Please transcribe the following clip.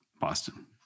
Boston